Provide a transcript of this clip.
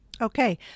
Okay